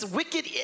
wicked